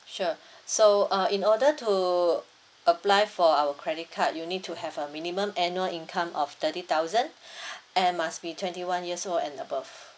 sure so uh in order to apply for our credit card you need to have a minimum annual income of thirty thousand and must be twenty one years old and above